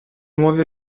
nuovi